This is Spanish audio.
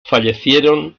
fallecieron